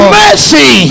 mercy